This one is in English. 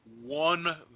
one